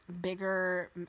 bigger